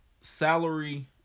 salary